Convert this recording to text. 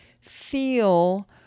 feel